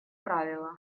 правила